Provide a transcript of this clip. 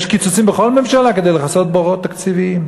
יש קיצוצים בכל ממשלה כדי לכסות בורות תקציביים,